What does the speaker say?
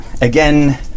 Again